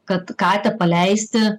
kad katę paleisti